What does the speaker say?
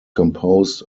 composed